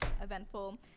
eventful